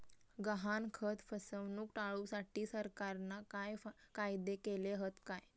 गहाणखत फसवणूक टाळुसाठी सरकारना काय कायदे केले हत काय?